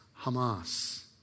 Hamas